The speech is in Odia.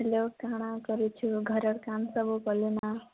ହ୍ୟାଲୋ କାଣା କରୁଚୁ ଘର ର କାମ୍ ସବୁ କଲୁ ନା